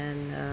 and uh